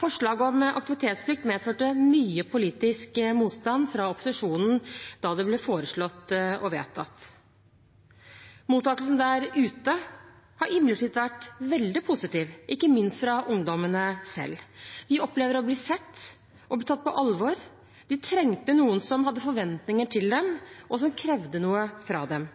Forslaget om aktivitetsplikt medførte mye politisk motstand fra opposisjonen da det ble foreslått og vedtatt. Mottakelsen der ute har imidlertid vært veldig positiv, ikke minst fra ungdommene selv. De opplever å bli sett og tatt på alvor. De trengte noen som hadde forventninger til dem, og som krevde noe av dem.